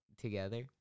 together